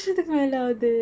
ya